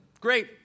great